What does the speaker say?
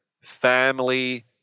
family